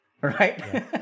Right